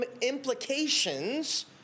implications